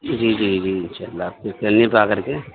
جی جی جی ان شاء اللہ آپ کے کلینک پہ آ کر کے